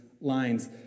lines